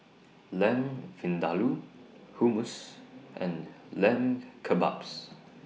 Lamb Vindaloo Hummus and Lamb Kebabs